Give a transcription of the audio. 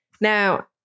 Now